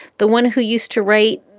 the one who used to write